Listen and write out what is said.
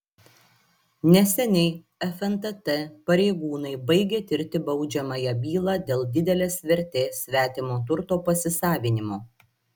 neseniai fntt pareigūnai baigė tirti baudžiamąją bylą dėl didelės vertės svetimo turto pasisavinimo